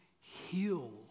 heal